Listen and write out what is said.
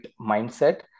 mindset